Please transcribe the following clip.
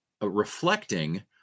reflecting